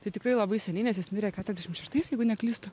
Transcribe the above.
tai tikrai labai seniai nes jis mirė tidešim šeštais jeigu neklystu